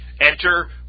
Enter